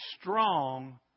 strong